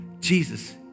Jesus